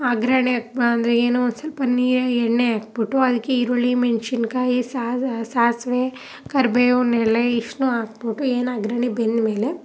ಅಗ್ರಣೆ ಅಂದರೆ ಏನೋ ಒಂದು ಸ್ವಲ್ಪ ನೀರೇ ಎಣ್ಣೆ ಹಾಕ್ಬಿಟ್ಟು ಅದಕ್ಕೆ ಈರುಳ್ಳಿ ಮೆಣಸಿನ್ಕಾಯಿ ಸಾಸ್ ಸಾಸಿವೆ ಕರಿಬೇವಿನ ಎಲೆ ಇಷ್ಟನ್ನೂ ಹಾಕ್ಬಿಟ್ಟು ಏನು ಅಗ್ರಣಿ ಬೆಂದ್ಮೇಲೆ